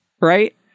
Right